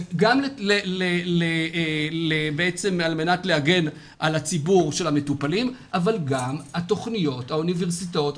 וגם על-מנת להגן על הציבור של המטופלים אבל גם על תכניות האוניברסיטאות,